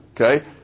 Okay